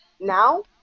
now